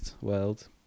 world